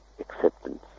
acceptance